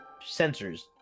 sensors